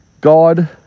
God